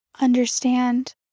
understand